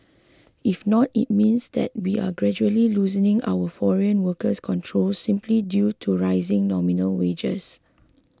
if not it means that we are gradually loosening our foreign worker controls simply due to rising nominal wages